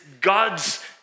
God's